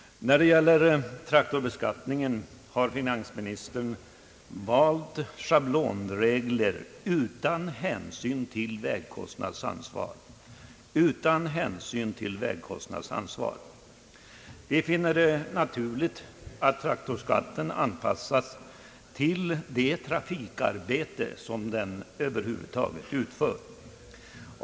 När det gäller traktorbeskattningen har finansministern valt schablonregler utan hänsyn till vägkostnadsansvar. Vi finner det naturligt att traktorskatten anpassas till det trafikarbete som utförs.